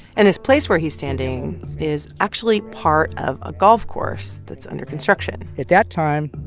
and this place where he's standing is actually part of a golf course that's under construction at that time,